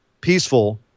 peaceful